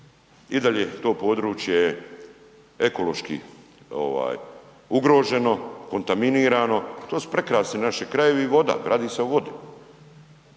i dalje to područje ekološki ovaj ugroženo, kontaminirano. To su prekrasni naši krajevi i voda, radi se o vodi.